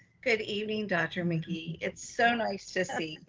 good evening, dr. mcgee. it's so nice to see,